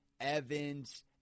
Evans